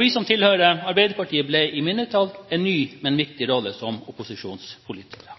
Vi som tilhører Arbeiderpartiet, ble i mindretall – i en ny, men viktig rolle som opposisjonspolitikere.